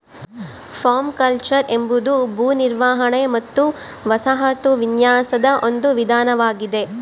permaculture ಎಂಬುದು ಭೂ ನಿರ್ವಹಣೆ ಮತ್ತು ವಸಾಹತು ವಿನ್ಯಾಸದ ಒಂದು ವಿಧಾನವಾಗೆದ